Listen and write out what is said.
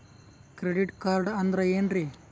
Credit card ಅಂದ್ರ ಏನ್ರೀ?